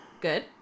Good